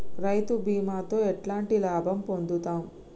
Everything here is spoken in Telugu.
రైతు బీమాతో ఎట్లాంటి లాభం పొందుతం?